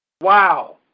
wow